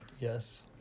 Yes